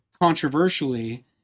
controversially